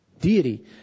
Deity